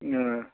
অঁ